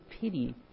pity